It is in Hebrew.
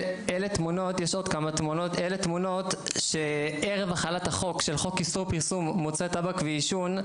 אלו תמונות שערב החלת החוק של חוק איסור פרסום מוצרי טבק ועישון,